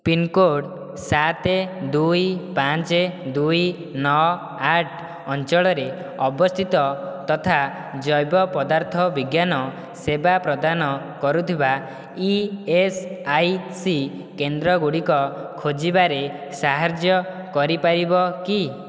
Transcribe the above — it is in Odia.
ପିନ୍କୋଡ଼୍ ସାତ ଦୁଇ ପାଞ୍ଚ ଦୁଇ ନଅ ଆଠ ଅଞ୍ଚଳରେ ଅବସ୍ଥିତ ତଥା ଜୈବ ପଦାର୍ଥ ବିଜ୍ଞାନ ସେବା ପ୍ରଦାନ କରୁଥିବା ଇ ଏସ୍ ଆଇ ସି କେନ୍ଦ୍ରଗୁଡ଼ିକ ଖୋଜିବାରେ ସାହାଯ୍ୟ କରିପାରିବ କି